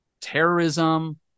terrorism